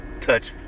touch